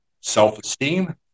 self-esteem